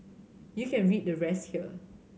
you can read the rest here